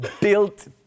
built